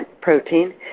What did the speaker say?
protein